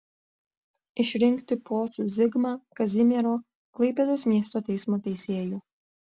išrinkti pocių zigmą kazimiero klaipėdos miesto teismo teisėju